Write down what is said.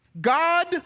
God